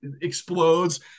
explodes